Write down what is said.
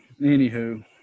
Anywho